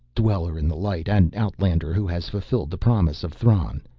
dweller in the light, and outlander who has fulfilled the promise of thran.